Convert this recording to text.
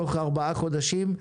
וחלק תוך ארבעה חודשים.